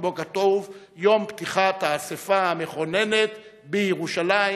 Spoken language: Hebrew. שבו כתוב: יום פתיחת האספה המכוננת בירושלים,